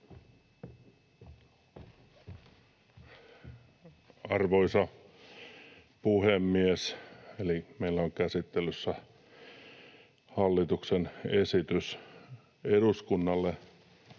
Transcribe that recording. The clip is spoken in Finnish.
Arvoisa puhemies! Meillä on käsittelyssä hallituksen esitys eduskunnalle